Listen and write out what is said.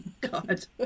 God